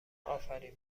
آفرین